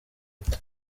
ute